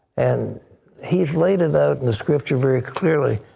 and he has laid it out in the scripture very clearly.